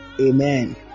Amen